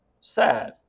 sad